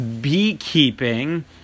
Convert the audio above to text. beekeeping